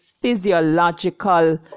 physiological